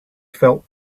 felt